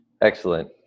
Excellent